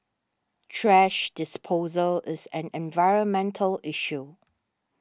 thrash disposal is an environmental issue